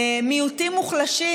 מיעוטים מוחלשים,